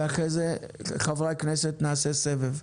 ואחרי זה חברי הכנסת, נעשה סבב.